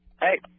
Hey